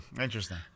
Interesting